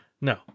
No